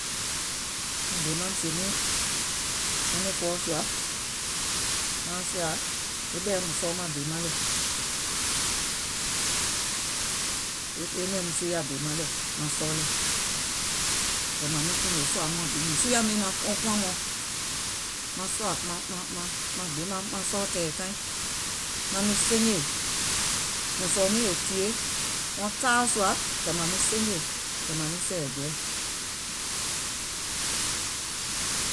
Maŋ dèè maŋ mùŋ sìè wɔŋ ɓɔ̀ɔ sùà, maaŋ sìà e ɓɛ̀ɛ sɔɔ maŋ dèè maŋ lɛ̀, e e e nɛ̀ɛŋ mùŋ suuyà dèè maŋ lɛ̀, kɛ̀ mȧŋ miŋ kùùnò sòa muàŋ bi, mùŋ suuyà miŋ maŋ kuàŋ mɔɔ̀ŋ, maŋ sòà maŋ maŋ gbiŋ maŋ sɔɔ tɛ̀ɛ̀ kaiŋ, maŋ miŋ senjè, mùŋ sɔ̀ɔ̀ miìŋ è tìyèe, wɔŋ taaà sùà kɛ̀ màŋ miŋ senjè, kɛ̀ mȧŋ miŋ sɛ̀ɛ̀ gɔɛ.